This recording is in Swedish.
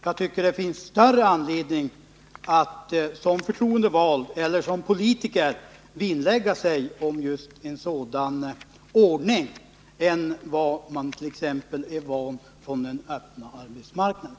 Jag tycker att en förtroendevald eller en politiker bör vinnlägga sig mer om en sådan ordning än vad man t.ex. brukar göra på den öppna arbetsmarknaden.